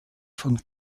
von